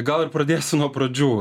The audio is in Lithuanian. gal ir pradėsiu nuo pradžių